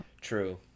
true